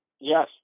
Yes